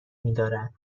میدارد